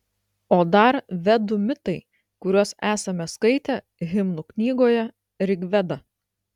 o dar vedų mitai kuriuos esame skaitę himnų knygoje rigveda